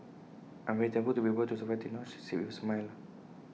I'm very thankful to be able to survive till now she said with A smile